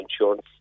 insurance